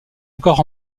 encore